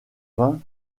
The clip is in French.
vain